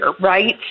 right